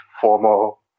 formal